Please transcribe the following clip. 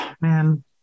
man